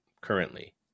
currently